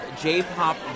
J-pop